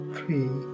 Three